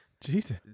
Jesus